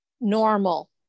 normal